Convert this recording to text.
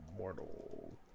Mortal